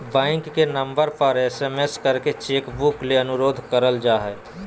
bank के नम्बर पर एस.एम.एस करके चेक बुक ले अनुरोध कर जा हय